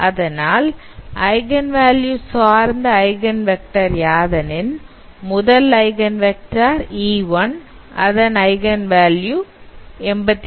அதனால் eigen value சார்ந்த eigen vector யாதெனின் முதல் ஐகன் வெக்டார் e1 அதன் ஐகன் வேல்யூ 83